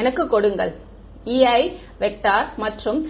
எனக்குக் கொடுங்கள் Ei மற்றும்